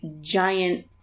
giant